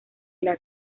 las